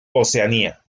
oceanía